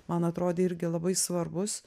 man atrodė irgi labai svarbus